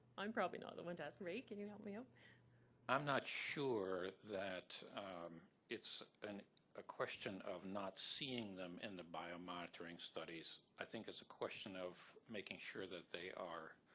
i'm probably not the one to ask. ray, can you help me um i'm not sure that it's and a question of not seeing them in the biomonitoring studies i think it's a question of making sure that they are